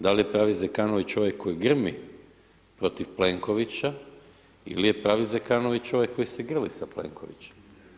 Da li je pravi Zekanović ovaj koji grmi protiv Plenkovića ili je pravi Zekanović ovaj koji se grli sa Plenkoviće?